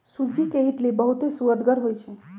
सूज्ज़ी के इडली बहुत सुअदगर होइ छइ